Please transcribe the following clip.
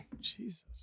Jesus